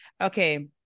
okay